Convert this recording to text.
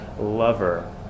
lover